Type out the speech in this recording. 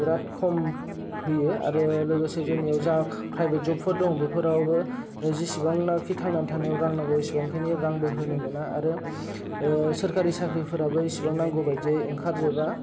बिराद खम फैयो आरो लोगोसे जोंनियाव जा प्राइभेट जबफोर दं बेफोरावबो जेसेबां नाखि थांना थानायाव रां नांगौ एसेबांनाखि रां मोना आरो सोरखारि साख्रिफोराबो एसेबां नांगौबादियै ओंखारजोबा